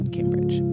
Cambridge